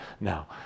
Now